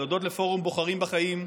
להודות לפורום בוחרים בחיים,